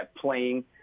playing